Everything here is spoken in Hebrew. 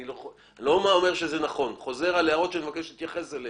אני לא אומר שזה נכון אלא חוזר על הערות שאני מבקש שתתייחס אליהן.